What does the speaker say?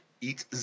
eat